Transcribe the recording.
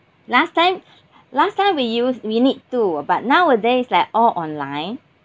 last time last time we used we need to but nowadays like all online